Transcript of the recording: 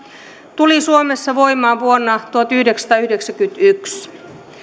tuli suomessa voimaan vuonna tuhatyhdeksänsataayhdeksänkymmentäyksi